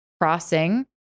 crossing